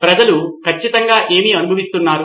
ప్రజలు ఖచ్చితంగా ఏమి అనుభవిస్తున్నారు